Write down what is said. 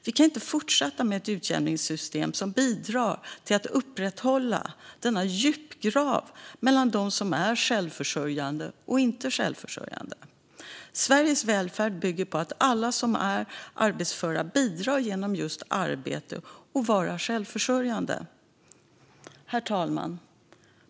Vi kan inte fortsätta med ett utjämningssystem som bidrar till att upprätthålla denna djupgrav mellan dem som är självförsörjande och dem som inte är självförsörjande. Sveriges välfärd bygger på att alla som är arbetsföra bidrar genom just arbete och genom att vara självförsörjande. Herr talman!